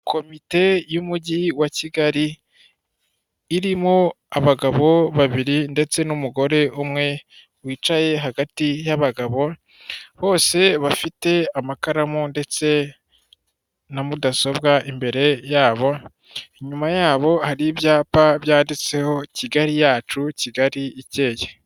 Komite y'Umujyi wa Kigali, irimo abagabo babiri ndetse n'umugore umwe wicaye hagati y'abagabo. Bose bafite amakaramu ndetse na mudasobwa imbere yabo, inyuma yabo hari ibyapa byanditseho Kigali yacu, Kigali ikeye.